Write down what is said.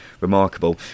remarkable